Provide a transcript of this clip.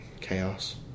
chaos